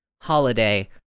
holiday